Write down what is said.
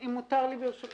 אם יותר לי לשאול